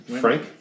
Frank